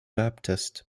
baptist